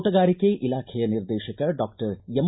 ತೋಟಗಾರಿಕೆ ಇಲಾಖೆಯ ನಿರ್ದೇಶಕ ಡಾಕ್ಟರ್ ಎಂ